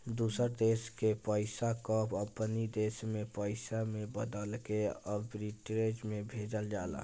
दूसर देस के पईसा कअ अपनी देस के पईसा में बदलके आर्बिट्रेज से भेजल जाला